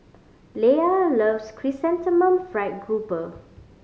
Leia loves Chrysanthemum Fried Grouper